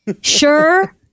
sure